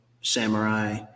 samurai